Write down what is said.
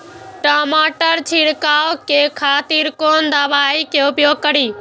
टमाटर छीरकाउ के खातिर कोन दवाई के उपयोग करी?